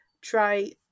try